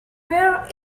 where